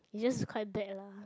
it's just quite bad lah